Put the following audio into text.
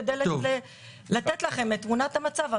כדי לתת לכם את תמונת המצב המלאה.